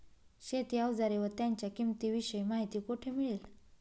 शेती औजारे व त्यांच्या किंमतीविषयी माहिती कोठे मिळेल?